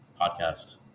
podcast